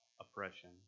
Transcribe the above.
oppression